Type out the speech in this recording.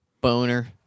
Boner